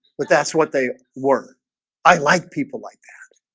but that's what they were i like people like that.